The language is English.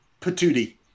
patootie